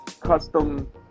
custom